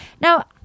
Now